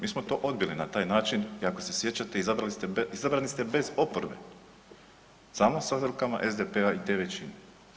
Mi smo to odbili na taj način i ako se sjećate izabrali, izabrani ste bez oporbe, samo sa rukama SDP-a i te većine.